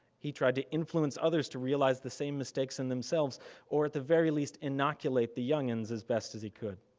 he tried to influence others to realize the same mistakes in themselves or at the very least inoculate the youngins as best as he could.